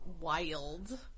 wild